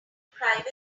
private